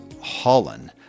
Holland